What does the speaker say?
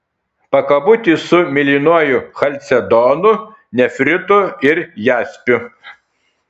pakabutį su mėlynuoju chalcedonu nefritu ir jaspiu